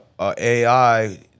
AI